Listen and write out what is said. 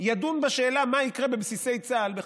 ידון בשאלה מה ייקרה בבסיסי צה"ל בחמץ.